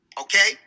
Okay